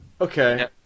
Okay